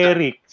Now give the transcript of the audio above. Eric